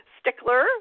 stickler